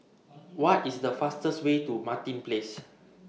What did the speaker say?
What IS The fastest Way to Martin Place